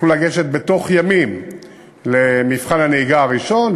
יוכלו לגשת בתוך ימים למבחן הנהיגה הראשון,